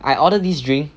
I order this drink